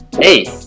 Hey